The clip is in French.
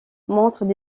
montrent